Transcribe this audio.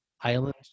island